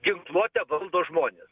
ginkluotę valdo žmonės